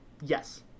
yes